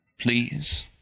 Please